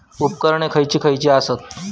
उपकरणे खैयची खैयची आसत?